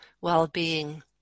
well-being